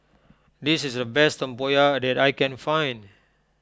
this is the best Tempoyak that I can find